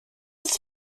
its